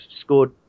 scored